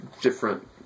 different